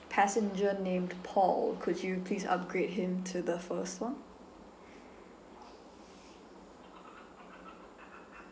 passenger named paul could you please upgrade him to the first [one]